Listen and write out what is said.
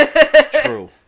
True